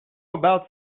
about